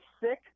sick